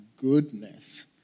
goodness